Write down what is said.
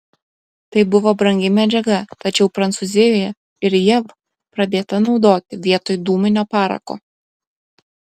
tai buvo brangi medžiaga tačiau prancūzijoje ir jav pradėta naudoti vietoj dūminio parako